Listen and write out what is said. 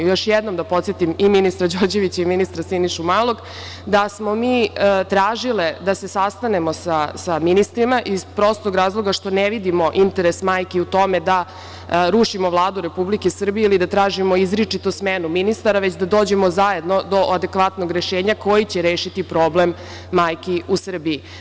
Još jednom da podsetim ministra Đorđevića i ministra Sinišu Malog, da smo mi tražile da se sastanemo sa ministrima, iz prostog razloga što ne vidimo interes majki u tome da rušimo Vladu Republike Srbije ili da tražimo izričito smenu ministara, već da dođemo zajedno do adekvatnog rešenja koji će rešiti problem majki u Srbiji.